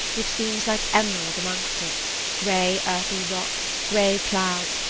which seems like emerald amongst it grey earthy rock grey clouds,